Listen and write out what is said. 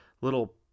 little